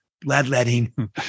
bloodletting